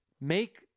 Make